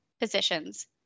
positions